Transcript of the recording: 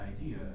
idea